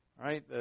Right